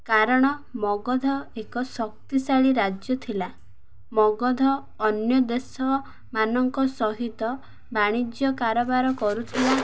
କାରଣ ମଗଧ ଏକ ଶକ୍ତିଶାଳୀ ରାଜ୍ୟ ଥିଲା ମଗଧ ଅନ୍ୟ ଦେଶମାନଙ୍କ ସହିତ ବାଣିଜ୍ୟ କାରବାର କରୁଥିଲା